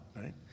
right